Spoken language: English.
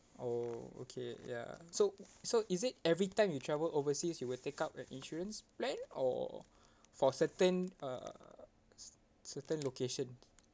oh okay ya so so is it every time you travel overseas you will take up an insurance plan or for certain uh certain location